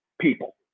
people